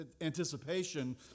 anticipation